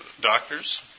doctors